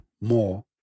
more